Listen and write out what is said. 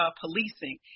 policing